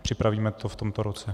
Připravíme to v tomto roce.